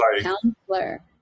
counselor